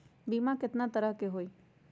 बीमा केतना तरह के होइ?